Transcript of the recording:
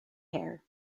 hair